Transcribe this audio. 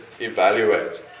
evaluate